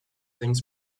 things